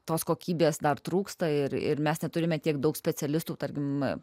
tos kokybės dar trūksta ir ir mes neturime tiek daug specialistų tarkime